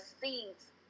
seeds